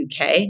UK